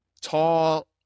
tall